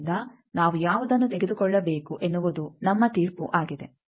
ಆದ್ದರಿಂದ ನಾವು ಯಾವುದನ್ನು ತೆಗೆದುಕೊಳ್ಳಬೇಕು ಎನ್ನುವುದು ನಮ್ಮ ತೀರ್ಪು ಆಗಿದೆ